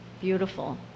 beautiful